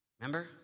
Remember